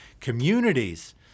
communities